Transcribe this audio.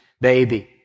baby